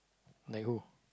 like who